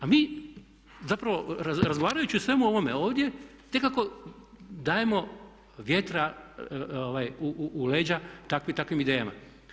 A mi zapravo razgovarajući o svemu ovome ovdje tek tako dajemo vjetra u leđa takvim idejama.